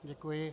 Děkuji.